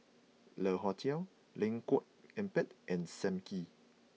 Le Hotel Lengkok Empat and Sam Kee